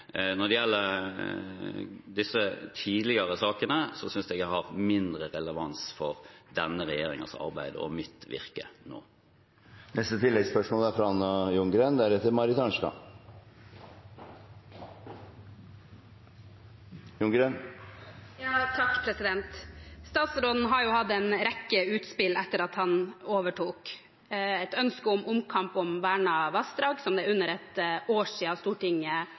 Når det gjelder disse tidligere sakene, synes jeg det har mindre relevans for denne regjeringens arbeid og mitt virke nå. Anna Ljunggren – til oppfølgingsspørsmål. Statsråden har hatt en rekke utspill etter at han overtok – et ønske om omkamp om vernede vassdrag, som det er under et år siden Stortinget